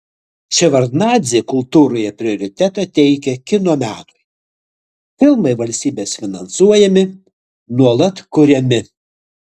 ševardnadzė kultūroje prioritetą teikia kino menui filmai valstybės finansuojami nuolat kuriami